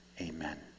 Amen